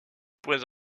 point